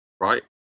right